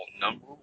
number